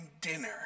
dinner